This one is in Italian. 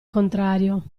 contrario